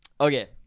Okay